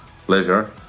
pleasure